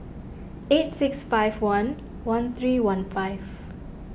eight six five one one three one five